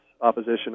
opposition